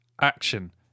Action